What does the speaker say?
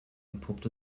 entpuppt